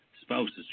spouses